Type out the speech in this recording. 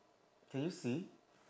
can you see